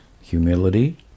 Humility